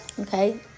okay